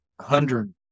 hundred